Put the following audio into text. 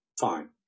Fine